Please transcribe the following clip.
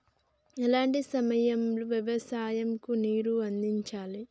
ఎలాంటి సమయం లో వ్యవసాయము కు నీరు అందించాలి?